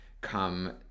come